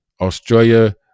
Australia